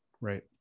Right